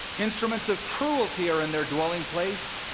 instruments of cruelty are in their dwelling place.